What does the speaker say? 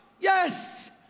Yes